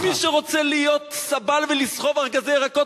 יש מי שרוצה להיות סבל ולסחוב ארגזי ירקות,